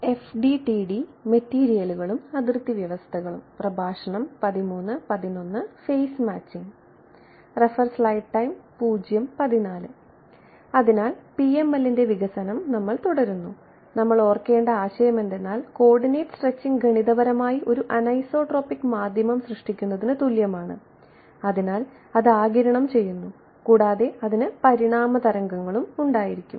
PML phase matching അതിനാൽ PML ന്റെ വികസനം നമ്മൾ തുടരുന്നു നമ്മൾ ഓർക്കേണ്ട ആശയം കോർഡിനേറ്റ് സ്ട്രെച്ചിംഗ് ഗണിതപരമായി ഒരു അനിസോട്രോപിക് മാധ്യമം സൃഷ്ടിക്കുന്നതിനു തുല്യമാണ് അതിനാൽ അത് ആഗിരണം ചെയ്യുന്നു കൂടാതെ അതിന് പരിണാമ തരംഗങ്ങൾ ഉണ്ടായിരിക്കും